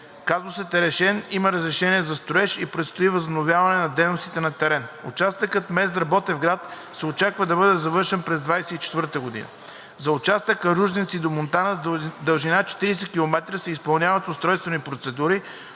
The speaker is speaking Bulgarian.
Казусът е решен, има разрешение за строеж и предстои възобновяване на дейностите на терен. Участъкът Мездра – Ботевград се очаква да бъде завършен през 2024 г. За участъка от Ружинци до Монтана с дължина 40 км се изпълняват устройствени процедури.